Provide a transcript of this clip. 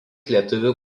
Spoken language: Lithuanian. lietuvių